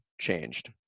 changed